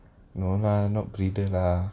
no lah not breeder lah